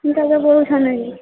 ଏନ୍ତା ବି ବହୁଛନ୍ ବି